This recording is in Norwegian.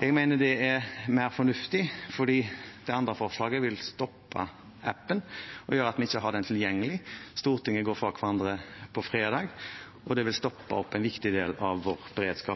Jeg mener det er mer fornuftig, for det andre forslaget vil stoppe appen, og det gjør at vi ikke har den tilgjengelig. Stortinget går fra hverandre på fredag, og det vil stoppe opp en viktig del av vår